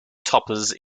toppers